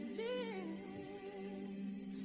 lives